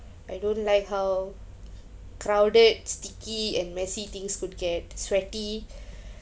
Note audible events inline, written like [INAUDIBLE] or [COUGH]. I don't like how crowded sticky and messy things could get sweaty [BREATH]